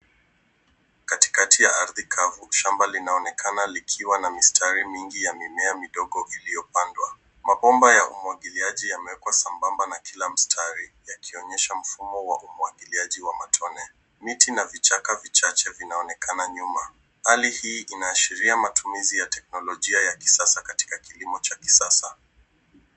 Katikati ya ardhi kavu, shambali linaonekana likiwa na mistari mingi ya mimea midogo iliyopandwa. Mabomba ya umwagiliaji yamewekwa sambamba na kila mstari, yakionyesha mfumo wa umwagiliaji wa matone. Miti na vichaka vichache vinaonekana nyuma. Hali hii inaashiria matumizi ya teknolojia ya kisasa katika kilimo cha kisasa.